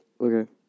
Okay